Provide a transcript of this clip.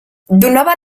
donava